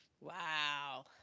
wow